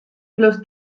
los